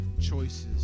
choices